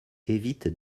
évite